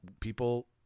people